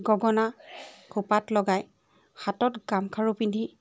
গগনা খোপত লগাই হাতত গামখাৰু পিন্ধি